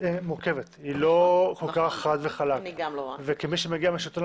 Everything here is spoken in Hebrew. שלא יגידו: זה כבר בידינו,